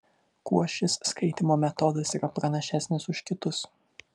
kuo šis skaitymo metodas yra pranašesnis už kitus